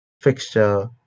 fixture